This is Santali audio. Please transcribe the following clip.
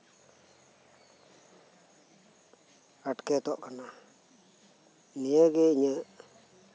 ᱟᱴᱠᱮᱛᱚᱜ ᱠᱟᱱᱟ ᱱᱤᱭᱟᱹ ᱤᱧᱟᱹᱜ